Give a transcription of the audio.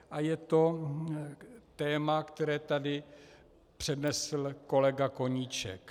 A je to téma, které tady přednesl kolega Koníček.